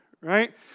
right